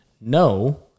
No